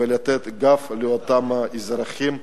ולתת גב לאותם אזרחים,